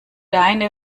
deine